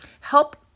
Help